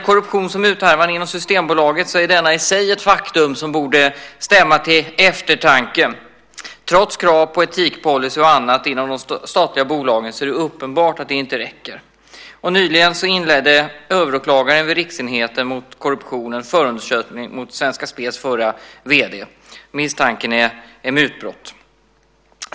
Korruptions och muthärvan inom Systembolaget är i sig något som borde stämma till eftertanke. De krav på etikpolicy och annat som man har inom de statliga bolagen är uppenbarligen inte tillräckligt. Nyligen inledde överåklagaren vid riksenheten mot korruption en förundersökning mot Svenska spels förra vd; misstanken är mutbrott.